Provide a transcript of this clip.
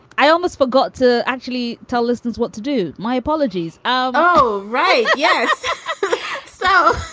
i almost forgot to actually tell listeners what to do. my apologies. oh, right. yes so,